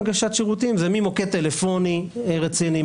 הנגשת שירותים: ממוקד טלפוני רציני,